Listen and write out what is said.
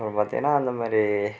இப்போ பார்த்திங்கனா அந்தமாதிரி